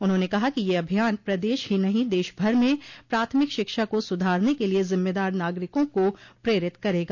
उन्होंने कहा कि यह अभियान प्रदेश ही नहीं देश भर में प्राथमिक शिक्षा को सुधारने के लिये जिम्मेदार नागरिकों को प्रेरित करेगा